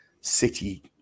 city